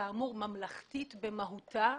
כאמור ממלכתית במהותה,